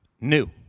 new